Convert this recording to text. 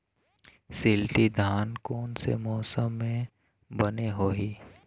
शिल्टी धान कोन से मौसम मे बने होही?